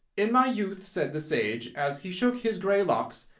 in my youth, said the sage, as he shook his grey locks,